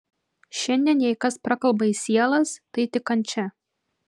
šiandien jei kas prakalba į sielas tai tik kančia